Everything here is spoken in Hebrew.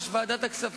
כשהקריאו את השם